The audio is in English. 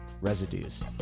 Residues